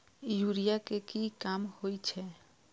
Urea के की काम होई छै?